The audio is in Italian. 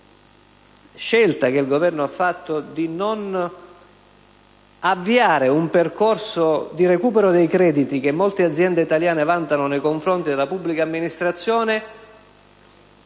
alla scelta che il Governo ha fatto di non avviare un percorso di recupero rispetto ai crediti che molte aziende italiane vantano nei confronti della pubblica amministrazione: